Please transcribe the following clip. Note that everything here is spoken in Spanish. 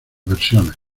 versiones